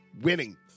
winning